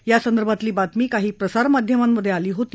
यासंदर्भातली बातमी काही प्रसार माध्यमांमध्आली होती